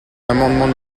l’amendement